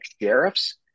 Sheriffs